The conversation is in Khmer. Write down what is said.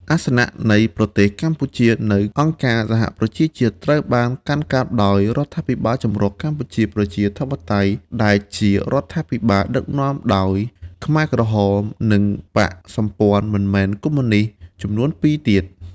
អាសនៈនៃប្រទេសកម្ពុជានៅអង្គការសហប្រជាជាតិត្រូវបានកាន់កាប់ដោយរដ្ឋាភិបាលចម្រុះកម្ពុជាប្រជាធិបតេយ្យដែលជារដ្ឋាភិបាលដឹកនាំដោយខ្មែរក្រហម និងបក្សសម្ព័ន្ធមិនមែនកុម្មុយនិស្តចំនួនពីរទៀត ។